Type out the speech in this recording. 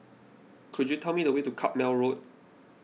could you tell me the way to Carpmael Road